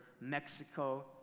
Mexico